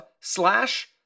slash